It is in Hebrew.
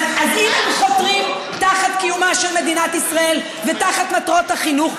אז אם הם חותרים תחת קיומה של מדינת ישראל ותחת מטרות החינוך,